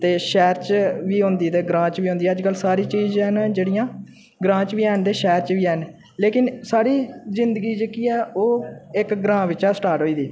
ते शैह्र च बी होंदी ते ग्रांऽ च बी होंदी अज्ज कल सारी चीज़ न जेह्ड़ियां ग्रांऽ च बी हैन ते शैह्र च बी हैन लेकिन साढ़ी जिंदगी जेह्की ऐ ओह् इक ग्रांऽ बिचा स्टार्ट होई दी